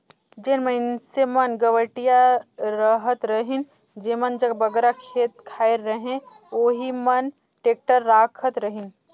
जेन मइनसे मन गवटिया रहत रहिन जेमन जग बगरा खेत खाएर रहें ओही मन टेक्टर राखत रहिन